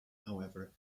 however